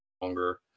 longer